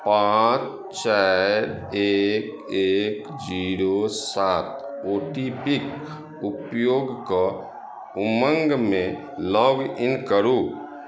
पाँच चारि एक एक जीरो सात ओ टी पी क उपयोग कऽ उमंगमे लॉग इन करु